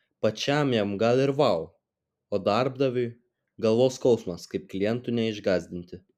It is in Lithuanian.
pačiam jam gal ir vau o darbdaviui galvos skausmas kaip klientų neišgąsdinti